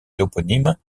toponyme